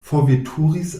forveturis